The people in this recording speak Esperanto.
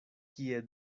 kie